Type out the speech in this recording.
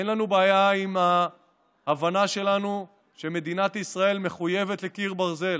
אין לנו בעיה עם ההבנה שלנו שמדינת ישראל מחויבת לקיר ברזל.